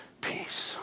peace